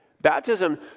Baptism